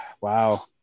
wow